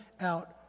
out